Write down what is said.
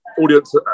audience